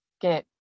get